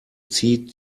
zieht